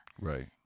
Right